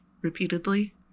repeatedly